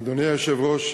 אדוני היושב-ראש,